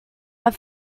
are